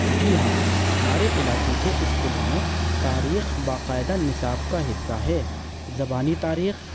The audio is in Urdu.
جی ہاں ہمارے علاقے کے اسکولوں میں تاریخ باقاعدہ نصاب کا حصہ ہے زبانی تاریخ